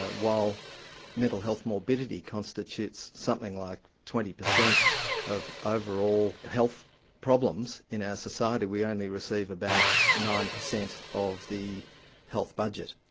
ah while mental health morbidity constitutes something like twenty percent of ah overall health problems in our society, we only receive about nine percent of the health budget.